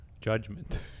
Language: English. judgment